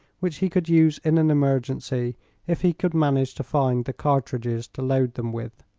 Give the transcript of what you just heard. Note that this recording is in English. which he could use in an emergency if he could manage to find the cartridges to load them with.